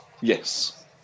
Yes